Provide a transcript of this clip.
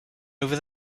over